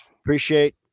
appreciate